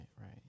right